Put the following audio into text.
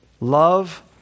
Love